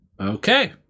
Okay